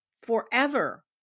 forever